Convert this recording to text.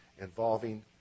involving